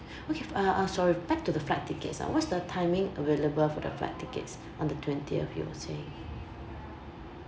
okay uh uh sorry back to the flight tickets ah what's the timing available for the flight tickets on the twentieth you were saying